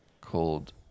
called